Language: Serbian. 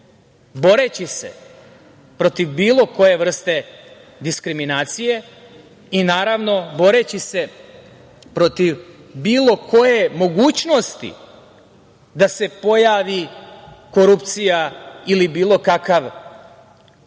boreći se protiv bilo koje vrste diskriminacije i, naravno, boreći se protiv bilo koje mogućnost da se pojavi korupcija ili bilo kakav koruptivni